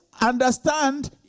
understand